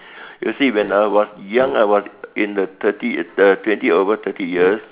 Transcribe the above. you see when I was young I was in the thirty uh twenty over thirty years